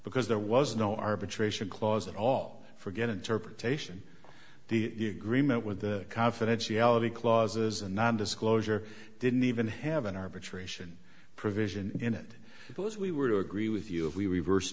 because there was no arbitration clause at all forget interpretation the green met with the confidentiality clauses and non disclosure didn't even have an arbitration provision in it because we were to agree with you if we reverse